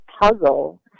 puzzle